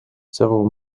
several